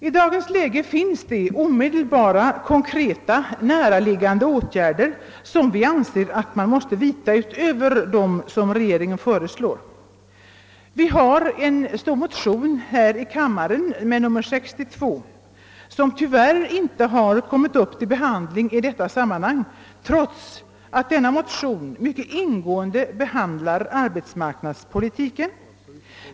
I dagens läge finns det omedelbara, konkreta, näraliggande åtgärder, som vi anser att man måste vidtaga utöver vad regeringen föreslår. Vi har i denna kammare väckt en motion med nr 64, som tyvärr icke har tagits upp till behandling i detta sammanhang trots att motionen mycket ingående behandlar arbetsmarknadspolitiken.